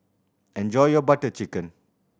enjoy your Butter Chicken